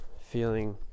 feeling